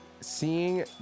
seeing